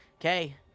okay